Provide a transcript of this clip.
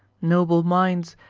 noble minds,